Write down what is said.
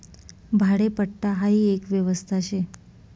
भाडेपट्टा हाई एक व्यवस्था शे